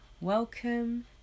Welcome